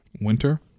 winter